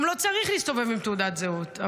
גם לא צריך להסתובב עם תעודת זהות.